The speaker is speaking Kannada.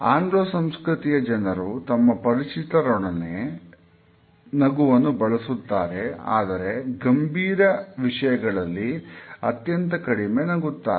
ಆಂಗ್ಲೋ ಸಂಸ್ಕೃತಿ ಯ ಜನರು ತಮ್ಮ ಪರಿಚಿತ ರೊಡನೆ ನಗುವನ್ನು ಬಳಸುತ್ತಾರೆ ಆದರೆ ಗಂಭೀರ ವಿಷಯಗಳಲ್ಲಿ ಅತ್ಯಂತ ಕಡಿಮೆ ನಗುತ್ತಾರೆ